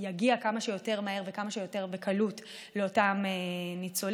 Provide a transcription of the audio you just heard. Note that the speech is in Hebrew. יגיע כמה שיותר מהר וכמה שיותר בקלות לאותם ניצולים.